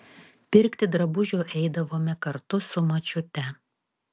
pirkti drabužių eidavome kartu su močiute